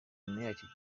yacyo